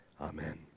Amen